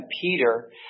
Peter